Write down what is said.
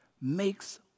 makes